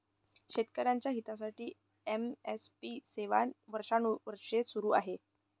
शेतकऱ्यांच्या हितासाठी एम.एस.पी सेवा वर्षानुवर्षे सुरू आहे